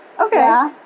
okay